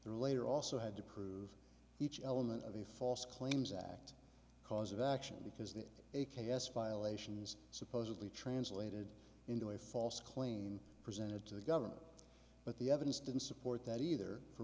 there later also had to prove each element of a false claims act cause of action because the a k a s violations supposedly translated into a false claim presented to the government but the evidence didn't support that either for